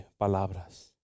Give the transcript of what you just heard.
palabras